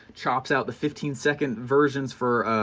chops out the fifteen second versions for